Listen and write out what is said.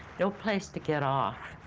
no place to get off,